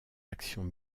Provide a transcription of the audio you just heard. actions